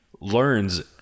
learns